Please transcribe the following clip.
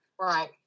right